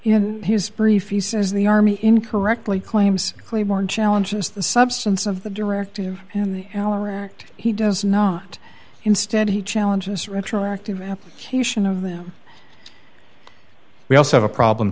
know his brief he says the army incorrectly claims cleburne challenges the substance of the directive and he does not instead he challenges retroactive application of them we also have a problem